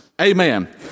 Amen